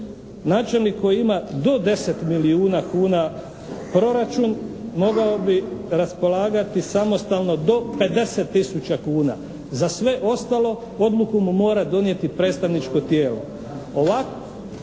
Načelnik koji ima do 10 milijuna kuna proračun mogao bi raspolagati samostalno do 50 tisuća kuna, za sve ostalo odluku mu mora donijeti predstavničko tijelo.